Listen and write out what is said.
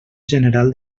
general